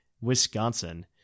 Wisconsin